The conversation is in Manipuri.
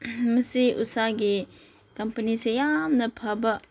ꯃꯁꯤ ꯎꯁꯥꯒꯤ ꯀꯝꯄꯅꯤꯁꯦ ꯌꯥꯝꯅ ꯐꯕ